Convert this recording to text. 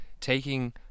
taking